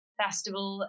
festival